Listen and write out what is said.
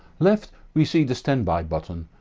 left we see the standby button,